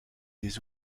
des